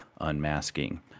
unmasking